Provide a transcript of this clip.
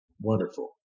Wonderful